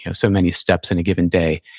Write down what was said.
you know so many steps in a given day.